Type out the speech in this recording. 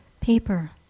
Paper